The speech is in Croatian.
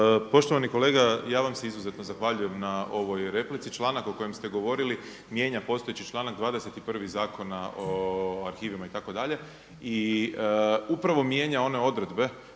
Poštovani kolege ja vam se izuzetno zahvaljujem na ovoj replici. Članak o kojem ste govorili mijenja postojeći članak 21. Zakona o arhivima itd. i upravo mijenja one odredbe